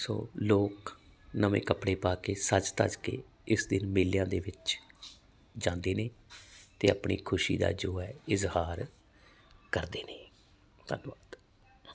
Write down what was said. ਸੋ ਲੋਕ ਨਵੇਂ ਕੱਪੜੇ ਪਾ ਕੇ ਸੱਜ ਧੱਜ ਕੇ ਇਸ ਦਿਨ ਮੇਲਿਆਂ ਦੇ ਵਿੱਚ ਜਾਂਦੇ ਨੇ ਤੇ ਆਪਣੀ ਖੁਸ਼ੀ ਦਾ ਜੋ ਹੈ ਇਜ਼ਹਾਰ ਕਰਦੇ ਨੇ ਧੰਨਵਾਦ